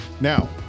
Now